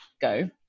go